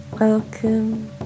Welcome